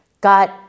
got